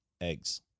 eggs